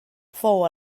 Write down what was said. fou